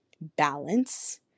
balance